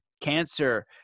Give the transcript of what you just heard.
cancer